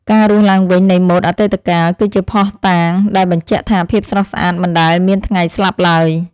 ការរស់ឡើងវិញនៃម៉ូដអតីតកាល គឺជាភស្តុតាងដែលបញ្ជាក់ថាភាពស្រស់ស្អាតមិនដែលមានថ្ងៃស្លាប់ឡើយ។